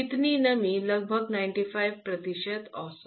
कितनी नमी लगभग 95 प्रतिशत औसत